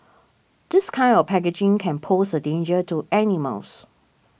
this kind of packaging can pose a danger to animals